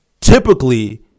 typically